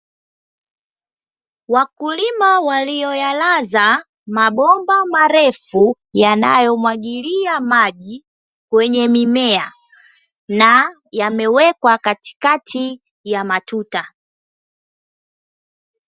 Wakulima walioyalaza mabomba marefu, yanayomwagilia maji kwenye mimea na yamewekwa katikati ya matuta.